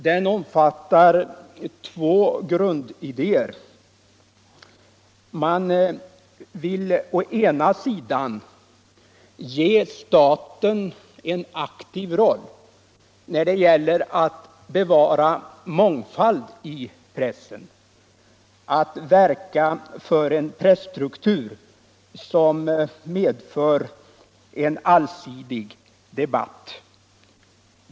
Den omfattar två grundidéer. Man vill å ena sidan ge staten en aktiv roll när det gäller att bevara mångfald i pressen, att verka för en presstruktur som medför en allsidig debatt.